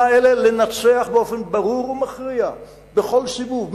האלה זה לנצח באופן ברור ומכריע בכל סיבוב.